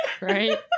Right